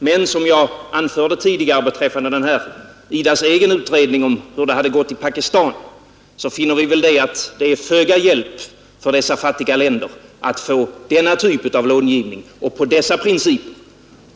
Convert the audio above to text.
Men som jag anförde tidigare beträffande IDA:s egen utredning om hur det hade gått i Pakistan finner vi att det är föga hjälp för dessa fattiga länder att få denna typ av långivning och efter dessa principer.